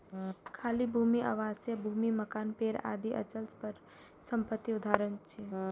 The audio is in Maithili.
खाली भूमि, आवासीय भूमि, मकान, पेड़ आदि अचल संपत्तिक उदाहरण छियै